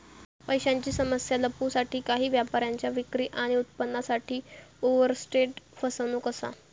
पैशांची समस्या लपवूसाठी काही व्यापाऱ्यांच्या विक्री आणि उत्पन्नासाठी ओवरस्टेट फसवणूक असा